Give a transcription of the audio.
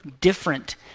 different